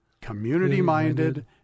community-minded